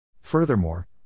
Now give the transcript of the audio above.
Furthermore